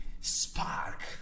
spark